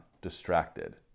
distracted